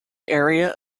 area